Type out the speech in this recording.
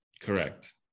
Correct